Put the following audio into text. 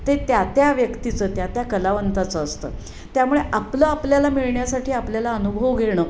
ते त्या त्या व्यक्तीचं त्या त्या कलावंताचं असतं त्यामुळे आपलं आपल्याला मिळण्यासाठी आपल्याला अनुभव घेणं